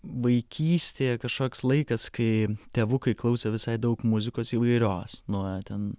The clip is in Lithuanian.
vaikystėje kažkoks laikas kai tėvukai klausė visai daug muzikos įvairios nuo ten